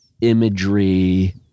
imagery